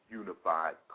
unified